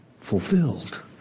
fulfilled